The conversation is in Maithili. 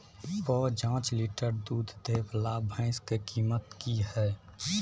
प जॉंच लीटर दूध दैय वाला भैंस के कीमत की हय?